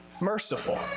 merciful